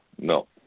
No